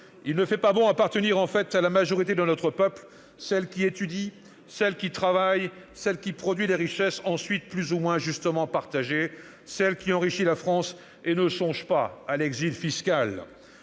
Il ne fait pas bon appartenir, en fait, à la majorité de notre peuple, celle qui étudie, celle qui travaille, celle qui produit les richesses ensuite plus ou moins justement partagées, celle qui enrichit la France et ne songe pas à l'exil fiscal.